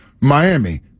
Miami